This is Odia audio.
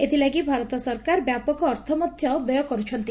ଏଥିଲାଗି ଭାରତ ସରକାର ବ୍ୟାପକ ଅର୍ଥ ମଧ୍ଧ ବ୍ୟୟ କରୁଛନ୍ତି